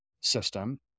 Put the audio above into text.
system